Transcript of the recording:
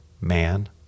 man